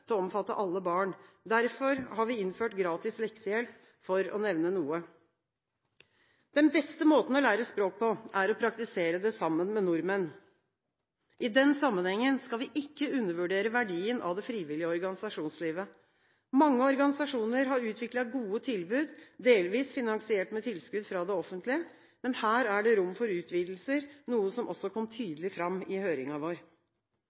til å omfatte alle barn. Derfor har vi innført gratis leksehjelp, for å nevne noe. Den beste måten å lære språk på, er å praktisere det sammen med nordmenn. I den sammenhengen skal vi ikke undervurdere verdien av det frivillige organisasjonslivet. Mange organisasjoner har utviklet gode tilbud, delvis finansiert med tilskudd fra det offentlige, men her er det rom for utvidelser, noe som kom tydelig fram i høringen vår.